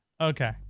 Okay